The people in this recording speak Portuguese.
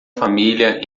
família